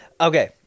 Okay